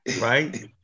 Right